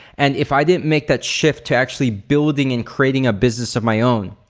and if i didn't make that shift to actually building and creating a business of my own,